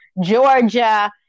Georgia